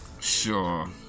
Sure